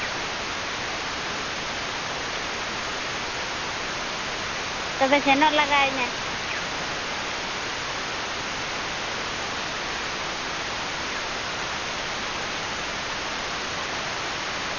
ᱛᱚᱵᱮ ᱥᱮᱱᱚᱜ ᱞᱟᱜᱟᱣᱤᱧᱟ